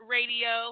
Radio